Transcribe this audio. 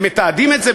הם מתעדים את זה,